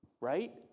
right